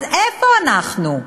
אז איפה אנחנו?